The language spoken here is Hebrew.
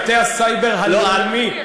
מטה הסייבר הלאומי,